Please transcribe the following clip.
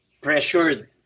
pressured